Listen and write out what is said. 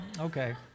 okay